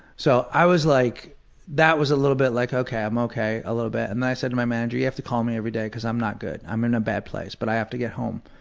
so i was like that was a little bit like, ok. ok. a little bit. and then i said to my manager, you have to call me every day because i'm not good. i'm in a bad place but i have to get home.